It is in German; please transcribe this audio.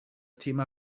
thema